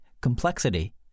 complexity